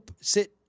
sit